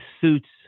suits